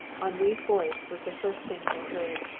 henri's voice was the first thing they heard.